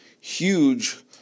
huge